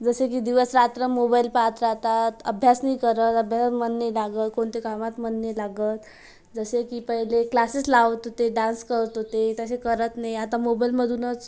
जसे की दिवसरात्र मोबाईल पाहत राहतात अभ्यास नाही करत अभ्यासात मन नाही लागत कोणत्या कामात मन नाही लागत जसे की पहिले क्लासीस लावत होते डान्स करत होते तसे करत नाही आता मोबाईलमधूनच